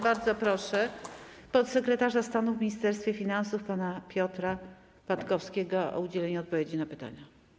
Bardzo proszę podsekretarza stanu w Ministerstwie Finansów pana Piotra Patkowskiego o udzielenie odpowiedzi na pytania.